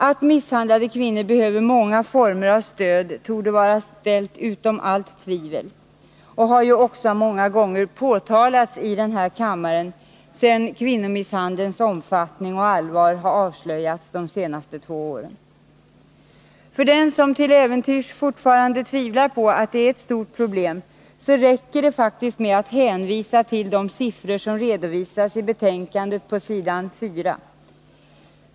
Att misshandlade kvinnor behöver många former av stöd torde vara ställt utom allt tvivel, och det har ju också många gånger påpekats här i kammaren sedan kvinnomisshandelns omfattning och allvar avslöjats de senaste två åren. För den som till äventyrs fortfarande tvivlar på att detta är ett stort problem, räcker det faktiskt med att titta på de siffror som redovisas i betänkandet på s. 4.